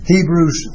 Hebrews